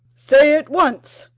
say at once,